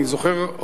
אני זוכר,